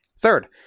Third